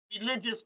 religious